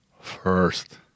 first